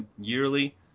yearly